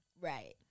Right